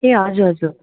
ए हजुर हजुर